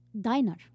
diner